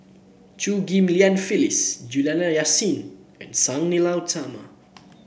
Chew Ghim Lian Phyllis Juliana Yasin and Sang Nila Utama